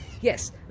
Yes